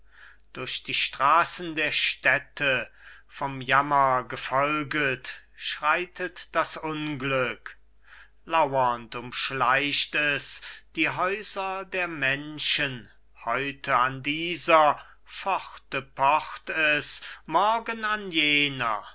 durch die straßen der städte vom jammer gefolget schreitet das unglück lauernd umschleicht es die häuser der menschen heute an dieser pforte pocht es morgen an jener